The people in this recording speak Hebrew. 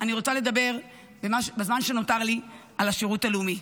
אני רוצה לדבר למה בזמן שנותר לי על השירות הלאומי.